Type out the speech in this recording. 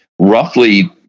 roughly